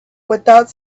without